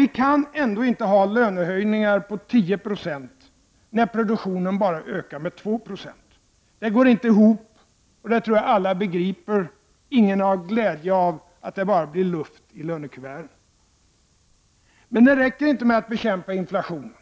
Vi kan emellertid inte ha lönehöjningar på 10 26 när produktionen bara ökar med 2 90. Det går inte ihop, och det tror jag alla begriper. Ingen har glädje av att det bara blir luft i lönekuverten. Men det räcker inte med att bekämpa inflationen.